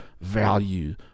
value